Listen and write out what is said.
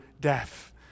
death